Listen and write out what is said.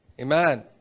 Amen